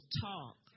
talk